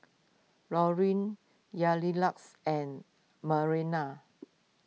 Laureen Yamilex and Marianna